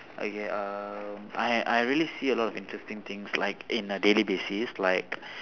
okay um I I really see a lot of interesting things like in a daily basis like